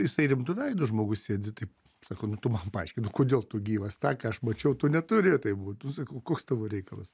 jisai rimtu veidu žmogus sėdi taip sako tu man paaiškink nu kodėl tu gyvas tai ką aš mačiau tu neturi taip būtų sakau koks tavo reikalas